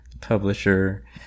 publisher